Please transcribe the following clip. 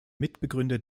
mitbegründer